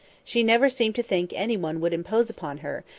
she never seemed to think any one would impose upon her,